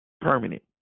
Permanent